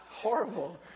Horrible